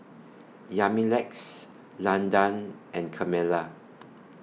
Yamilex Landan and Carmella